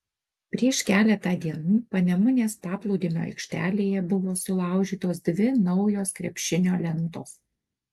prieš keletą dienų panemunės paplūdimio aikštelėje buvo sulaužytos dvi naujos krepšinio lentos